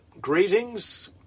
greetings